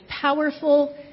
powerful